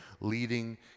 leading